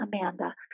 Amanda